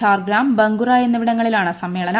ചാർഗ്രാം ബങ്കുറ എന്നിവിടങ്ങളിലാണ് സമ്മേളനം